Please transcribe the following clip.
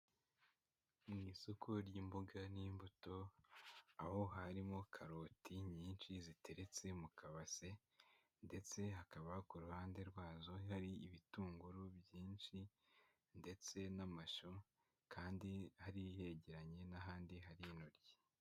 Mu isoko ry'imboga n'imbuto, aho harimo karoti nyinshi ziteretse mu kabase ndetse hakaba ku ruhande rwazo hari ibitunguru byinshi ndetse n'amashu kandi hari hegeranye n'ahandi hari intoryi.